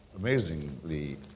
amazingly